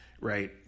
right